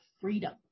freedom